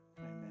amen